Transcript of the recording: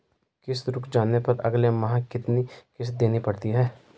किश्त रुक जाने पर अगले माह कितनी किश्त देनी पड़ेगी?